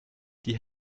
die